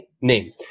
name